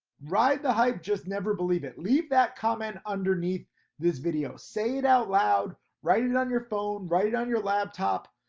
ride the hype just never believe it. leave that comment underneath this video. say it out loud, write it on your phone, write it on your laptop.